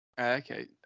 Okay